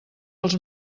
dels